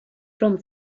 from